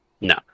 No